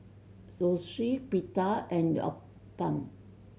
Zosui Pita and Uthapam